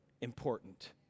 important